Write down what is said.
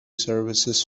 services